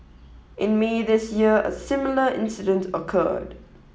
in May this year a similar incident occurred